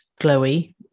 glowy